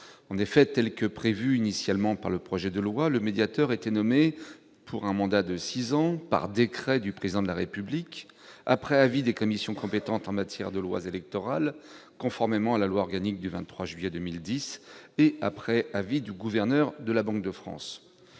du médiateur du financement. Dans le projet de loi initial, le médiateur était nommé pour un mandat de six ans, par décret du Président de la République, après avis des commissions compétentes en matière de lois électorales, conformément à la loi organique du 23 juillet 2010, et après avis du gouverneur de la Banque de France.